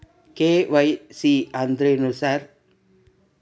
KYC ಅಂದ್ರೇನು sir?